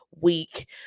week